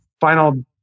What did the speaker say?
final